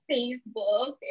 Facebook